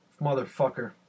motherfucker